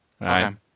right